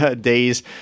days